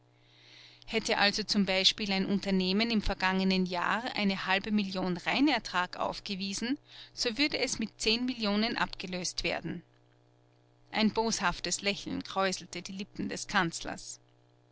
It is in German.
hätte also zum beispiel ein unternehmen im vergangenen jahr eine halbe million reinertrag aufgewiesen so würde es mit zehn millionen abgelöst werden ein boshaftes lächeln kräuselte die lippen des kanzlers